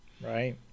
Right